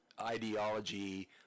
ideology